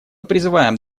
призываем